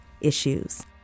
issues